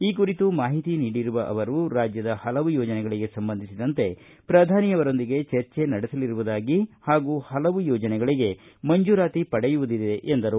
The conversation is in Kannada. ಈ ಕುರಿತು ಮಾಹಿತಿ ನೀಡಿರುವ ಅವರು ರಾಜ್ಯದ ಹಲವು ಯೋಜನೆಗಳಿಗೆ ಸಂಬಂಧಿಸಿದಂತೆ ಪ್ರಧಾನಿಯವರೊಂದಿಗೆ ಚರ್ಚೆ ನಡೆಸಲಿರುವುದಾಗಿ ಹಾಗೂ ಹಲವು ಯೋಜನೆಗಳಿಗೆ ಮಂಜೂರಾತಿ ಪಡೆಯುವದಿದೆ ಎಂದರು